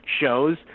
shows